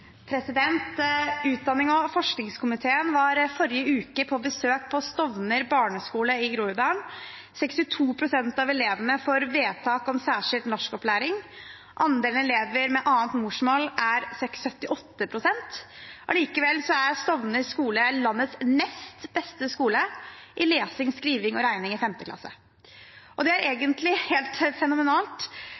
Utdannings- og forskningskomiteen var forrige uke på besøk på Stovner barneskole i Groruddalen. 62 pst. av elevene får vedtak om særskilt norskopplæring, og andelen elever med annet morsmål er 78 pst. Allikevel er Stovner skole landets nest beste skole i lesing, skriving og regning i 5. klasse. Det er egentlig helt fenomenalt.